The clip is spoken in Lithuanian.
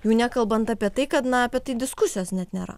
jau nekalbant apie tai kad na apie tai diskusijos net nėra